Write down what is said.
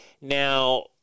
Now –